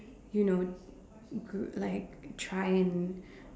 you know you could like try and